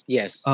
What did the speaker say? Yes